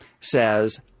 says